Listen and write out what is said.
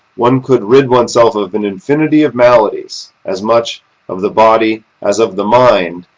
one could rid oneself of an infinity of maladies, as much of the body as of the mind,